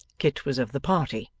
kit was of the party.